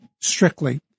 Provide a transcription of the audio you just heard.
strictly